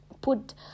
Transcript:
put